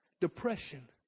depression